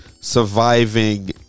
Surviving